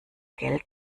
geld